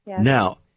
Now